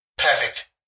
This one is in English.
Perfect